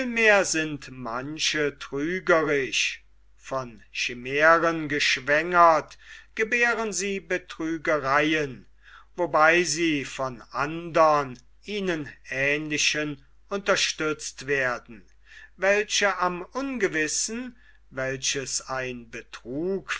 vielmehr sind manche trügerisch von schimären geschwängert gebären sie betrügereien wobei sie von andern ihnen ähnlichen unterstützt werden welche am ungewissen welches ein betrug